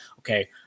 okay